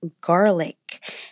garlic